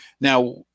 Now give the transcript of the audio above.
now